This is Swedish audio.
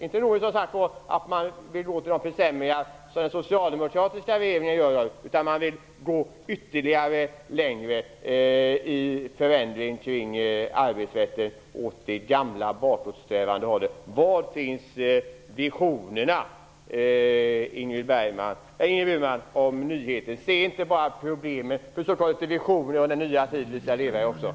Inte nog med att man vill genomföra de försämringar som den socialdemokratiska regeringen föreslår utan man vill gå ännu längre åt det gamla bakåtsträvande hållet. Var finns visionerna, Ingrid Burman? Se inte bara problemen, utan ha också litet visioner om den nya tid som vi skall leva i!